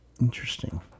Interesting